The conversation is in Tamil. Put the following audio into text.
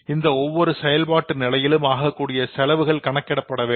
இந்த ஒவ்வொரு செயல்பாட்டு நிலையிலும் ஆகக்கூடிய செலவுகள் கணக்கிடப்படுகிறது